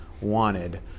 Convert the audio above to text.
wanted